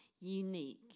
unique